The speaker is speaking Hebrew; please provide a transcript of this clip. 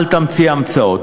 אל תמציא המצאות.